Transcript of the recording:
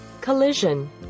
Collision